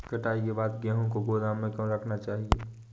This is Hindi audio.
कटाई के बाद गेहूँ को गोदाम में क्यो रखना चाहिए?